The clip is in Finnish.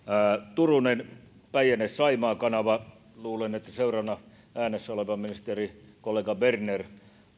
turunen kysyi päijänne saimaa kanavasta luulen että seuraavana äänessä oleva ministerikollega berner